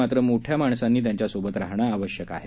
मात्र मोठ्या माणसांनी त्यांच्यासोबत राहणे आवश्यक आहे